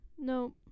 No